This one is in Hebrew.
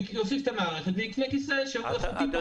הוא יוסיף את המערכת ויקנה כיסא שהוא איכותי פחות,